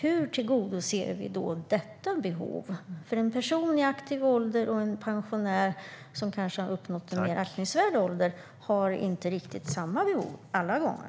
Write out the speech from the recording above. Hur tillgodoser vi detta behov? En person i aktiv ålder och en pensionär som kanske har uppnått en aktningsvärd ålder har inte riktigt samma behov alla gånger.